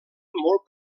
molt